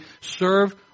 Serve